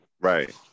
Right